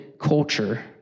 culture